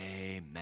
amen